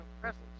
presence